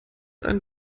einen